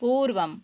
पूर्वम्